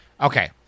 Okay